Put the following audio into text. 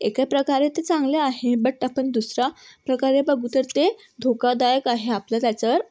एके प्रकारे ते चांगले आहे बट आपण दुसरा प्रकारे बघू तर ते धोकादायक आहे आपल्या त्याच्यावर